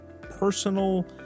personal